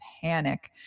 panic